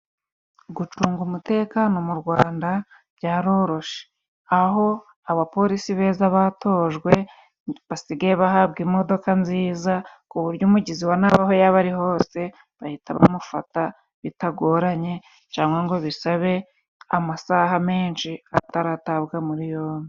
Gucunga umutekano mu Rwanda byaroroshe, aho abapolisi beza batojwe basigaye bahabwa imodoka nziza, ku buryo umugizi wa nabi aho yaba ariho hose bahita bamufata, bitagoranye cangwa ngo bisabe amasaha menshi ataratabwa muri yombi.